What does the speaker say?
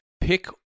Pick